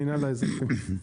המנהל האזרחי.